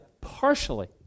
partially